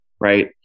right